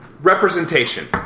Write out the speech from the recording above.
Representation